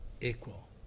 equal